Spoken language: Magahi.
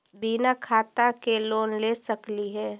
बिना खाता के लोन ले सकली हे?